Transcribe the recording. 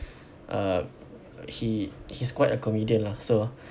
uh he he's quite a comedian lah so